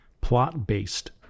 plot-based